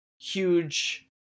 huge